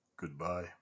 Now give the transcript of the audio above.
Goodbye